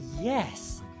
Yes